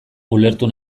ulertu